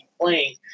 playing